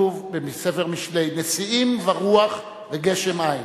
כתוב בספר משלי: נשיאים ורוח וגשם אין.